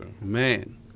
Man